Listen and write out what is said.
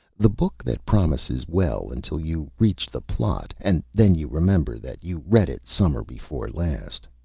the book that promises well until you reach the plot, and then you remember that you read it summer before last.